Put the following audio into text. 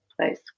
place